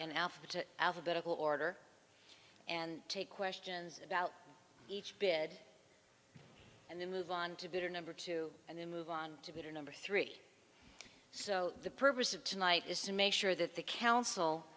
and alpha alphabetical order and take questions about each bed and then move on to bigger number two and then move on to number three so the purpose of tonight is to make sure that the council